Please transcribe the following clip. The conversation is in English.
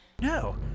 No